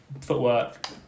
footwork